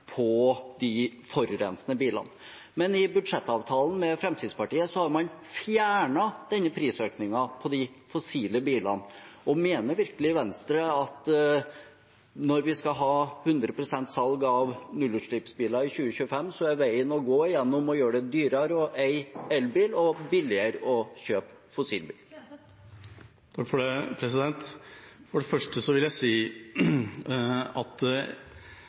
på de forurensende bilene, men i budsjettavtalen med Fremskrittspartiet har man fjernet denne prisøkningen på fossilbilene. Mener virkelig Venstre at når vi skal ha hundre prosent salg av nullutslippsbiler i 2025, er veien å gå å gjøre det dyrere å eie elbil og billigere å kjøpe fossilbil? For det første vil jeg si at